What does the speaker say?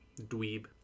dweeb